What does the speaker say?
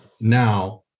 now